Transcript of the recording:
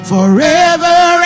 Forever